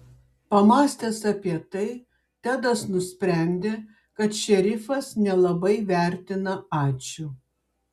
pamąstęs apie tai tedas nusprendė kad šerifas nelabai vertina ačiū